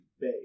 bay